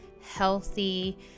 healthy